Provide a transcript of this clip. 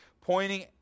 pointing